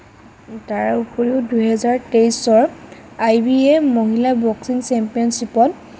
তাৰোপৰিও দুহেজাৰ তেইশৰ আই বি এ মহিলা বক্সিং চেম্পিয়নশ্বিপত